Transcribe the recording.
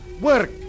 work